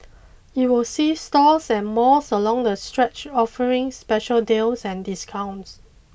it will see stores and malls along the stretch offering special deals and discounts